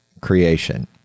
creation